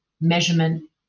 measurement